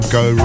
go